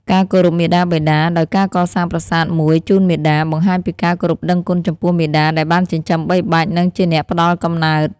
ការគោរពមាតាបិតាដោយការកសាងប្រាសាទមួយជូនមាតា បង្ហាញពីការគោរពដឹងគុណចំពោះមាតាដែលបានចិញ្ចឹមបីបាច់ និងជាអ្នកផ្ដល់កំណើត។